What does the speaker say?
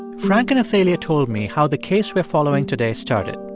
and frank and athalia told me how the case we're following today started.